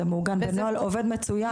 זה מעוגן בנוהל ועובד מצוין.